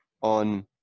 on